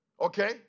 Okay